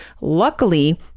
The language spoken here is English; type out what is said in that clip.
luckily